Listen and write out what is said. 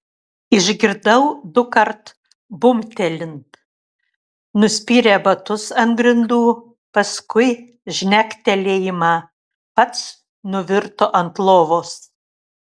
išgirdau dukart bumbtelint nuspyrė batus ant grindų paskui žnektelėjimą pats nuvirto ant lovos